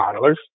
modelers